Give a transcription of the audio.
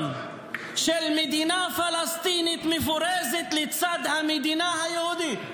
של מדינה פלסטינית מפורזת לצד המדינה היהודית.